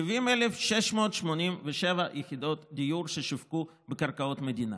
70,687 יחידות דיור ששווקו בקרקעות מדינה.